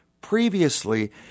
previously